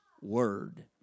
Word